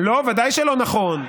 לא, בוודאי שלא נכון.